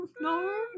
no